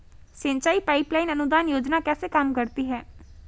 सिंचाई pipeline अनुदान योजना कैसे काम करती है?